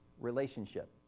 relationship